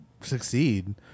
succeed